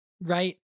right